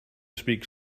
speak